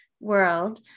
world